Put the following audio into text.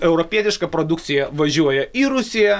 europietiška produkcija važiuoja į rusiją